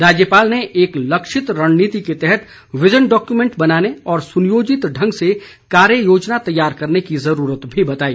राज्यपाल ने एक लक्षित रणनीति के तहत विजन डोक्यूमेंट बनाने और सुनियोजित ढंग से कार्य योजना तैयार करने की जुरूरत भी बताई